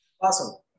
Awesome